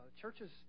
churches